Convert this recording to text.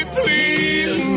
please